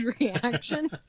reaction